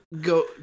go